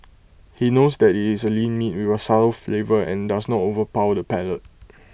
he knows that IT is A lean meat with A subtle flavour and does not overpower the palate